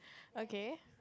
okay